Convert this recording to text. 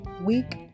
week